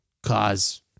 Cause